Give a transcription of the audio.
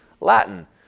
Latin